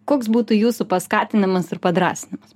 koks būtų jūsų paskatinimas ir padrąsinimas